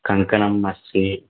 कङ्कणम् अस्ति